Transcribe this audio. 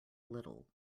little